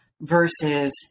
versus